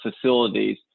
facilities